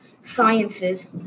sciences